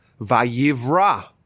Vayivra